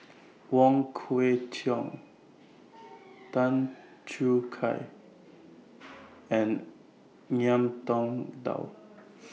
Wong Kwei Cheong Tan Choo Kai and Ngiam Tong Dow